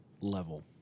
level